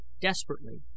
desperately